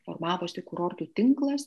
formavosi kurortų tinklas